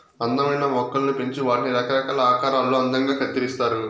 అందమైన మొక్కలను పెంచి వాటిని రకరకాల ఆకారాలలో అందంగా కత్తిరిస్తారు